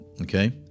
okay